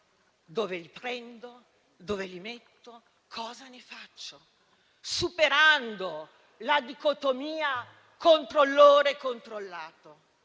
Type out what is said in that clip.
"dove li prendo, dove li metto, cosa ne faccio", superando la dicotomia controllore-controllato.